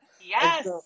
Yes